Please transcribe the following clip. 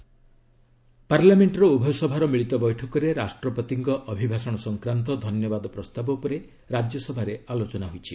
Rajya Sabha discussion ପାର୍ଲାମେଣ୍ଟର ଉଭୟ ସଭାର ମିଳିତ ବୈଠକରେ ରାଷ୍ଟ୍ରପତିଙ୍କ ଅଭିଭାଷଣ ସଂକ୍ରାନ୍ତ ଧନ୍ୟବାଦ ପ୍ରସ୍ତାବ ଉପରେ ରାଜ୍ୟସଭାରେ ଆଲୋଚନା ହୋଇଛି